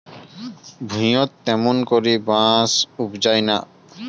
ভুঁইয়ত ত্যামুন করি বাঁশ উবজায় না